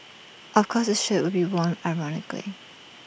of course this shirt will be worn ironically